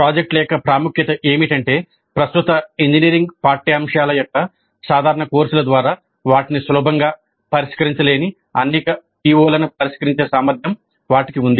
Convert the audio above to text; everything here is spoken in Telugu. ప్రాజెక్టుల యొక్క ప్రాముఖ్యత ఏమిటంటే ప్రస్తుత ఇంజనీరింగ్ పాఠ్యాంశాల యొక్క సాధారణ కోర్సుల ద్వారా వాటిని సులభంగా పరిష్కరించలేని అనేక పిఒలను పరిష్కరించే సామర్థ్యం వాటికి ఉంది